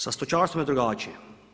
Sa stočarstvom je drugačije.